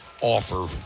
offer